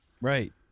right